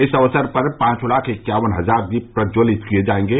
इस अवसर पर पँच लाख इक्यावन हजार दीप प्रज्ज्वलित किये जायेंगे